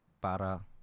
Para